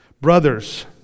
Brothers